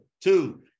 Two